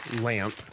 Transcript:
lamp